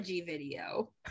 video